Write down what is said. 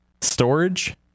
storage